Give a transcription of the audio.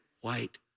white